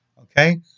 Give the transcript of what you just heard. okay